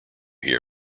hear